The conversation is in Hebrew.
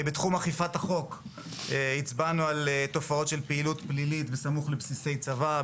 בתחום אכיפת החוק הצבענו על תופעות של פעילות פלילית בסמוך לבסיסי צבא,